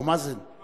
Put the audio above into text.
הוא